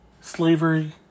slavery